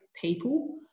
people